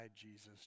Jesus